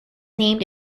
named